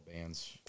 bands